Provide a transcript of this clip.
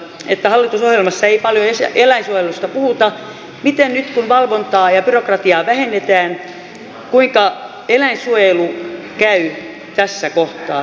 kun hallitusohjelmassa ei paljon eläinsuojelusta puhuta miten nyt kun valvontaa ja byrokratiaa vähennetään eläinsuojelun käy tässä kohtaa